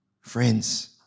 Friends